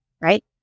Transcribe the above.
right